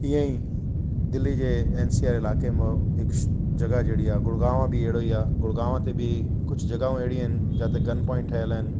इए ई दिल्ली जे एनसीआर इलाइके मो हिकु जॻह जहिड़ी आहे गुड़गांव बि एड़ो ई आ गुड़गांवा ते बि कुझु जॻहाऊं अहिड़ियूं आहिनि जिते गन पॉइंट ठहियलु आहिनि